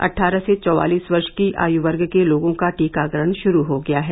अट्ठारह से चौवालीस वर्ष की आय वर्ग के लोगों का टीकाकरण शुरू हो गया है